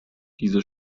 diese